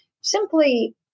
simply